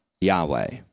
Yahweh